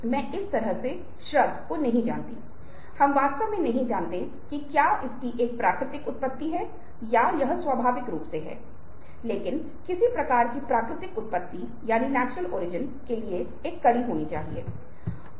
इसलिए अनुनय कुछ नया नहीं है और इससे पहले कि हम आगे बढ़ें हमें यह समझने की आवश्यकता है कि अनुनय कुछ ऐसा नहीं है जो बुरा या गलत है